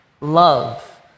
love